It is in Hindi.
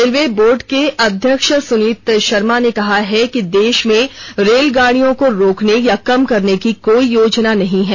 रेलवे बोर्ड के अध्यक्ष सुनीत शर्मा ने कहा है कि देश में रेलगाड़ियों को रोकने या कम करने की कोई योजना नहीं है